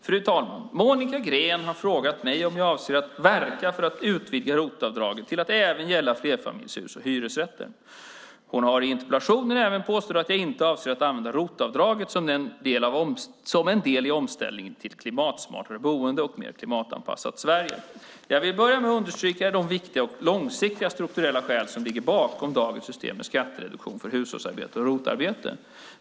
Fru talman! Monica Green har frågat mig om jag avser att verka för att utvidga ROT-avdraget till att även gälla flerfamiljshus och hyresrätter. Hon har i interpellationen även påstått att jag inte avser att använda ROT-avdraget som en del i omställningen till ett klimatsmartare boende och ett mer klimatanpassat Sverige. Jag vill börja med att understryka de viktiga och långsiktiga strukturella skäl som ligger bakom dagens system med skattereduktion för hushållsarbete och ROT-arbete.